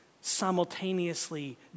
simultaneously